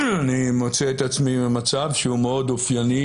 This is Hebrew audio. אני מוצא את עצמי במצב שהוא מאוד אופייני